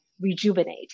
rejuvenate